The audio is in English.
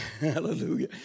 Hallelujah